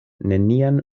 nenian